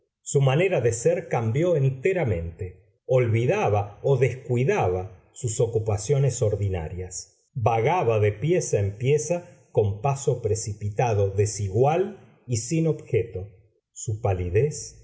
su manera de ser cambió enteramente olvidaba o descuidaba sus ocupaciones ordinarias vagaba de pieza en pieza con paso precipitado desigual y sin objeto su palidez